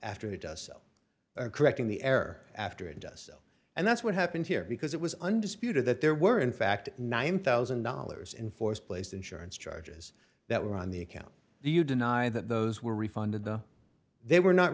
after it does self correcting the air after it does so and that's what happened here because it was undisputed that there were in fact nine thousand dollars in force placed insurance charges that were on the account do you deny that those were refunded the they were not